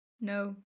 No